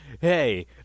Hey